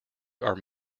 are